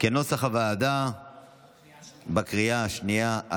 כנוסח הוועדה בקריאה השנייה.